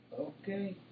Okay